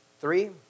Three